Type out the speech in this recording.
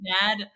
dad